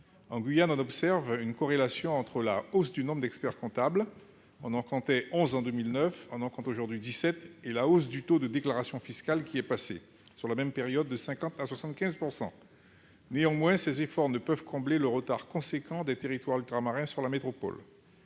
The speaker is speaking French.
En Guyane, on observe une corrélation entre la hausse du nombre d'experts-comptables, de onze en 2009 à dix-sept aujourd'hui, et la hausse du taux de déclarations fiscales, passé, dans la même période, de 50 % à 75 %. Néanmoins, ces efforts ne peuvent combler le retard important des territoires ultramarins sur la métropole.